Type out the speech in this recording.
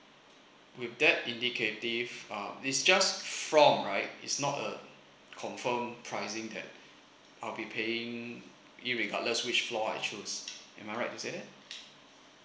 with that indicative uh it's just from right it's not a confirm pricing that I'll be paying irregardless which floor I choose am I right to say